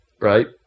right